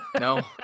No